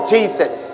Jesus